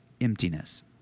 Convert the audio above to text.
emptiness